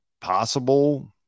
Possible